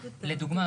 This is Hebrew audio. לדוגמה,